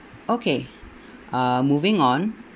okay uh moving on